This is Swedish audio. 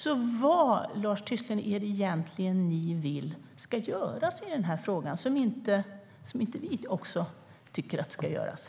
Så vad, Lars Tysklind, är det ni vill ska göras i den här frågan som inte även vi tycker ska göras?